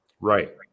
Right